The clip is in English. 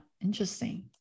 interesting